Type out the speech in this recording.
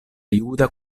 juda